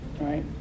right